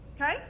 okay